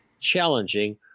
challenging